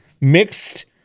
mixed